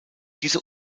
diese